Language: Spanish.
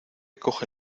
coge